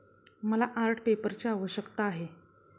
मला आर्ट पेपरची आवश्यकता आहे